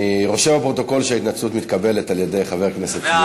אני רושם בפרוטוקול שההתנצלות מתקבלת על-ידי חבר הכנסת שמולי,